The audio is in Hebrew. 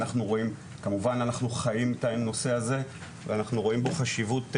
אנחנו כמובן חיים את הנושא הזה ואנחנו רואים בו חשיבות עצומה,